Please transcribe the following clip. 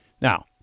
Now